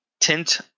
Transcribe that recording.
tint